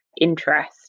interest